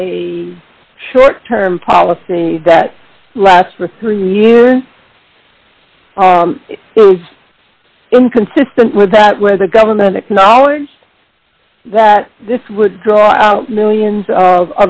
a short term policy that lasts for three years is inconsistent with that where the government acknowledged that this would draw millions of